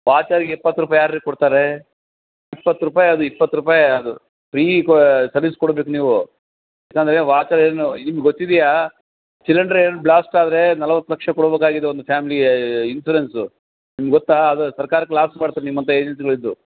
ವಾಚರಿಗೆ ಎಪ್ಪತ್ತು ರೂಪಾಯಿ ಯಾರು ರೀ ಕೊಡ್ತಾರೇ ಇಪ್ಪತ್ತು ರೂಪಾಯಿ ಅದು ಇಪ್ಪತ್ತು ರೂಪಾಯಿ ಅದು ಫ್ರೀ ಕೊ ಸರ್ವಿಸ್ ಕೊಡ್ಬೇಕು ನೀವು ಯಾಕೆಂದ್ರೆ ವಾಚರ್ ಏನು ನಿಮ್ಗೆ ಗೊತ್ತಿದೆಯಾ ಸಿಲಿಂಡರ್ ಏನು ಬ್ಲಾಸ್ಟ್ ಆದರೆ ನಲವತ್ತು ಲಕ್ಷ ಕೊಡ್ಬೇಕಾಗಿದೆ ಒಂದು ಫ್ಯಾಮ್ಲಿಗೆ ಇನ್ಶೂರೆನ್ಸು ನಿಮ್ಗೆ ಗೊತ್ತಾ ಅದು ಸರ್ಕಾರಕ್ಕೆ ಲಾಸ್ ಮಾಡ್ತಿರಿ ನಿಮ್ಮಂತ ಏಜನ್ಸಿಗಳಿದ್ದು